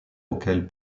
auxquels